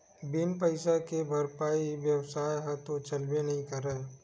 बिन पइसा के बइपार बेवसाय ह तो चलबे नइ करय